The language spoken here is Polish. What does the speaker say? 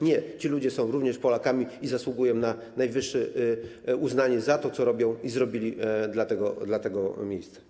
Nie, ci ludzie są również Polakami i zasługują na najwyższe uznanie za to, co robią i zrobili dla tego miejsca.